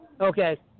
Okay